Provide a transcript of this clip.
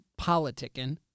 politicking